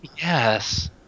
Yes